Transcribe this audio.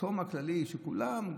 הצום הכללי שכולם,